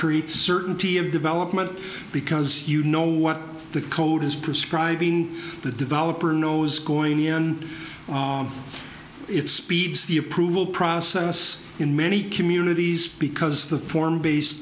create certainty of development because you know what the code is prescribing the developer knows going in it speeds the approval process in many communities because the form base